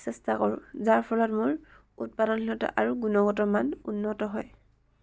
চেষ্টা কৰোঁ যাৰ ফলত মোৰ উৎপাদনশীলতা আৰু গুণগত মান উন্নত হয়